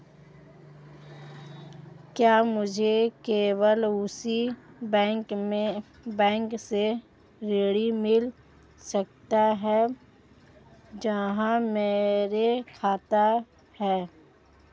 क्या मुझे केवल उसी बैंक से ऋण मिल सकता है जहां मेरा खाता है?